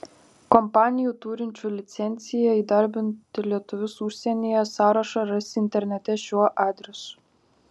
kompanijų turinčių licenciją įdarbinti lietuvius užsienyje sąrašą rasi internete šiuo adresu